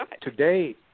today